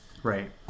Right